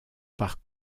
par